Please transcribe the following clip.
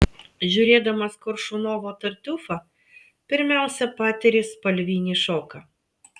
žiūrėdamas koršunovo tartiufą pirmiausia patiri spalvinį šoką